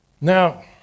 Now